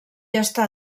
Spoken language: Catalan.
està